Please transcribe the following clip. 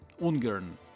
Ungern